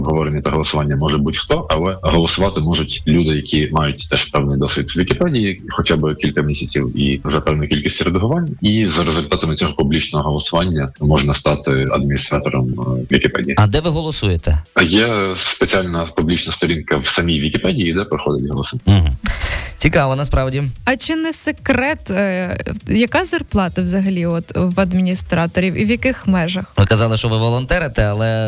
обговорення та голосування може будь-хто, але голосувати можуть люди, які мають теж певний досвід в Вікіпедії, хоча б кілька місяців і вже певна кількість редагувань. І за результатами цього публічного голосування можна стати адміністратором, е, Вікіпедії. А де ви голосуєте? Є спеціальна публічна сторінка в самій Вікіпедії, де проходить голосування. Мгм. Цікаво, насправді. А чи не секрет, е, в- яка зарплата взагалі от в адміністраторів і в яких межах? Ви казали, що ви волонтерите, але